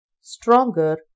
stronger